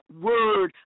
word